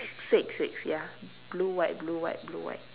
six six ya blue white blue white blue white